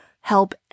help